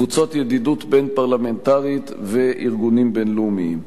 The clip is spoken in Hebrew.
קבוצות ידידות בין-פרלמנטריות וארגונים בין-לאומיים.